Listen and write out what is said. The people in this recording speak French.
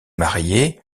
marié